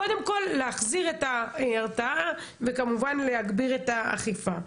קודם כל להחזיר את ההרתעה וכמובן להגביר את האכיפה.